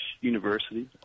University